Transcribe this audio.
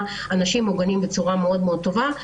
אנשים מוגנים בצורה מאוד מאוד טובה,